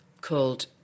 called